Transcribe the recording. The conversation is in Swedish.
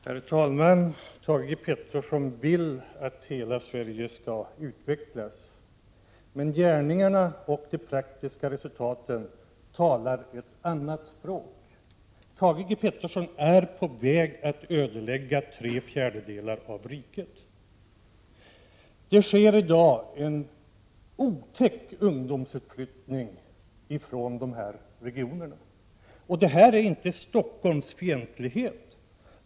Herr talman! Thage G Peterson vill att hela Sverige skall utvecklas. Men gärningarna och de praktiska resultaten talar ett annat språk. Thage G Peterson är på väg att ödelägga tre fjärdedelar av riket. I dag pågår en otäck ungdomsutflyttning från de regioner det gäller. Att konstatera detta är inte någon Stockholmsfientlighet.